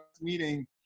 meeting